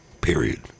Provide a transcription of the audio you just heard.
period